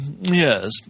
yes